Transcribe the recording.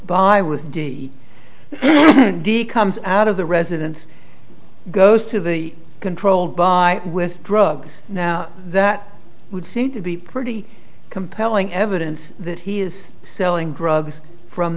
with d d comes out of the residence goes to be controlled by with drugs now that would seem to be pretty compelling evidence that he is selling drugs from